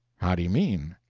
how d'you mean?